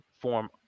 form